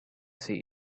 see